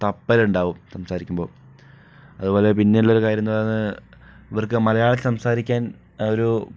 തപ്പലുണ്ടാകും സംസാരിക്കുമ്പോൾ അതുപോലെ പിന്നെയുള്ള ഒരു കാര്യം എന്ന് പറയുന്നത് ഇവർക്ക് മലയാളത്തിൽ സംസാരിക്കാൻ ആ ഒരു